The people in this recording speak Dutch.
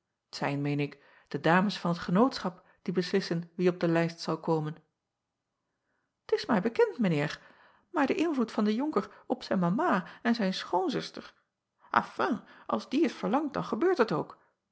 ijn meen ik de ames van t enootschap die beslissen wie op de lijst zal komen t s mij bekend mijn eer aar de invloed van den onker op zijn mama en zijn schoonzuster afin als die t verlangt dan gebeurt het ook